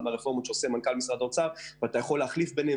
מהרפורמות שעושה משרד האוצר אבל אתה יכול להחליף ביניהם